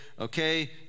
okay